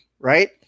right